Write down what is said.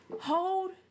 Hold